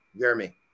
Jeremy